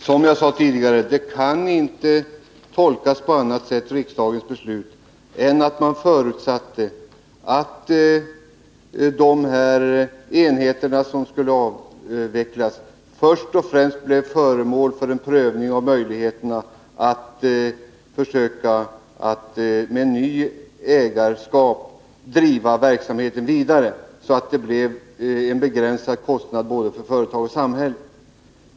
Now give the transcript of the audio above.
Som jag sade tidigare: Riksdagens beslut kan inte tolkas på annat vis än att man förutsatte att de enheter som skulle avvecklas skulle först och främst bli föremål för prövning av möjligheterna att med ny ägare driva verksamheten vidare, så att att kostnaden begränsades för både företag och samhälle.